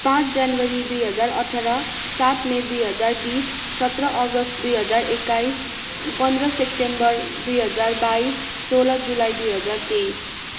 पाँच जनवरी दुई हजार अठार सात मई दुई हजार बिस सत्र अगस्त दुई हजार एक्काइस पन्ध्र सेप्टेम्बर दुई हजार बाइस सोह्र जुलाई दुई हजार तेइस